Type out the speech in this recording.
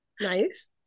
Nice